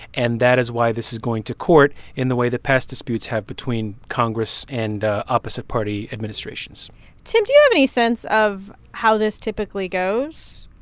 and that is why this is going to court in the way that past disputes have between congress and opposite party administrations tim, do you have any sense of how this typically goes?